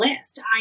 list